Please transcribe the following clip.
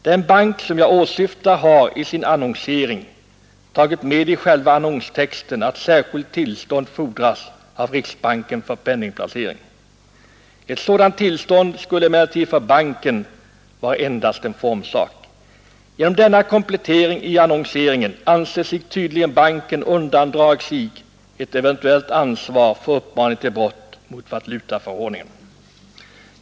Den bank som jag åsyftar har i sin annonsering tagit med i annonstexten att särskilt tillstånd fordras av riksbanken för penningplacering. Ett sådant tillstånd skulle emellertid för banken vara endast en formsak. Genom denna komplettering i annonseringen anser sig tydligen banken kunna undandra sig eventuellt ansvar för uppmaning till brott mot valutaförordningen.